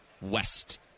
West